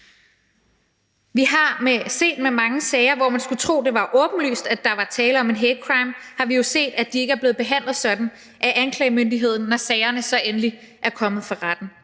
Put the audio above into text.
Vi har set i mange sager, hvor man skulle tro, at det var åbenlyst, at der var tale om en hatecrime, at de ikke er blevet behandlet sådan af anklagemyndigheden, når sagerne så endelig er kommet for retten.